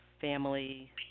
family